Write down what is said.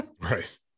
right